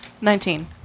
Nineteen